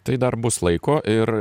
tai dar bus laiko ir